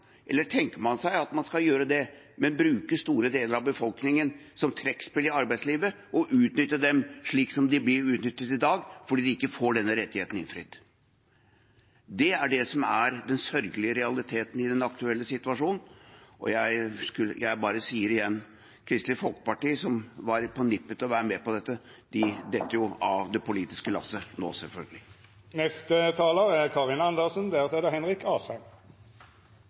Eller tenker man seg at man skal gjøre det, men bruke store deler av befolkningen som trekkspill i arbeidslivet og utnytte dem – slik de blir utnyttet i dag fordi de ikke får denne rettigheten innfridd? Det er det som er den sørgelige realiteten i den aktuelle situasjonen. Og jeg sier det igjen: Kristelig Folkeparti, som var på nippet til å være med på dette, de detter jo av det politiske lasset nå, selvfølgelig. Denne saken handler om politikk, og om man ønsker seg mindre forskjeller i virkeligheten, eller om det